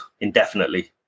indefinitely